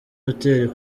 hotel